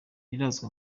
birazwi